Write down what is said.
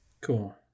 Cool